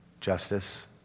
justice